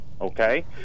okay